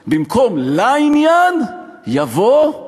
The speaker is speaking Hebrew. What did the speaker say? שהודיעה",/ במקום "לעניין" יבוא,